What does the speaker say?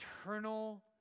eternal